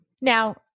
Now